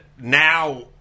now